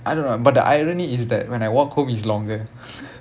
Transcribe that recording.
I don't know ah but the irony is that when I walk home it's longer